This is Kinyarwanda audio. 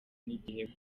nigiye